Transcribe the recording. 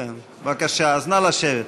כן, בבקשה, אז נא לשבת.